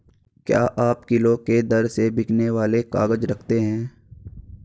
क्या आप किलो के दर से बिकने वाले काग़ज़ रखते हैं?